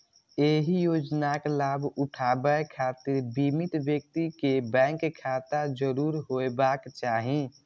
एहि योजनाक लाभ उठाबै खातिर बीमित व्यक्ति कें बैंक खाता जरूर होयबाक चाही